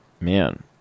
Man